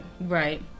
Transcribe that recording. right